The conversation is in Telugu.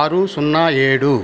ఆరు సున్నా ఏడు